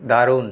দারুণ